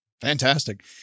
Fantastic